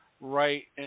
right